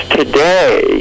today